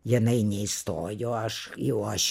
jinai neįstojo aš jau aš